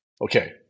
okay